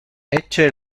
ecce